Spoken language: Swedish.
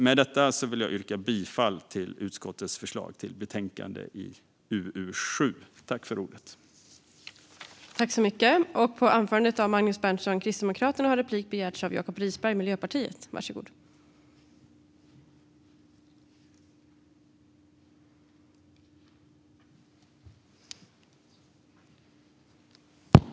Med detta vill jag yrka bifall till utskottets förslag till beslut i betänkandet UU7.